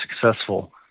successful